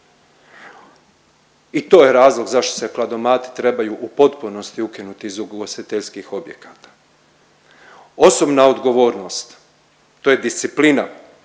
I to je razlog zašto se kladomati trebaju u potpunosti ukinuti iz ugostiteljskih objekata. Osobna odgovornost to je disciplina,